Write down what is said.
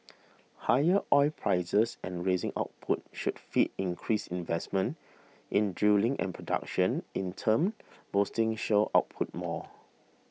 higher oil prices and raising output should feed increased investment in drilling and production in turn boosting shale output more